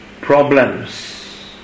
problems